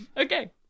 Okay